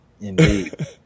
Indeed